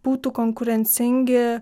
būtų konkurencingi